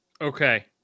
okay